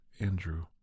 Andrew